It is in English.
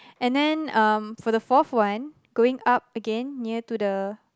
and then um for the fourth one going up again near to the